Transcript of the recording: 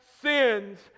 sins